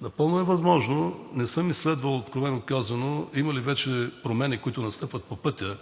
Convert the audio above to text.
Напълно е възможно – не съм изследвал, откровено казано, има ли вече промени, които настъпват по пътя